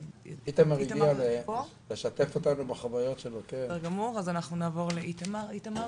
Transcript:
אנחנו נעבור לאיתמר.